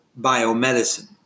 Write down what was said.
biomedicine